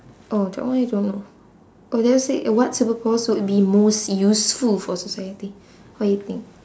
oh that one I don't know oh that one said uh what superpowers would be most useful for society what do you think